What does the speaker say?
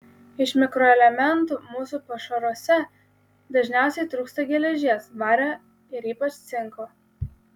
iš mikroelementų mūsų pašaruose dažniausiai trūksta geležies vario ir ypač cinko